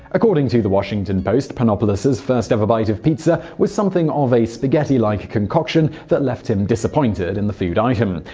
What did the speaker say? according to the washington post, panopoulos' first ever bite of pizza was something of a spaghetti-like concoction that left him disappointed in the food item.